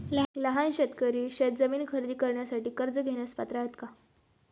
लहान शेतकरी शेतजमीन खरेदी करण्यासाठी कर्ज घेण्यास पात्र आहेत का?